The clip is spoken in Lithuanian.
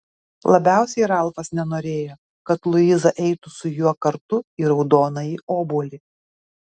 labiausiai ralfas nenorėjo kad luiza eitų su juo kartu į raudonąjį obuolį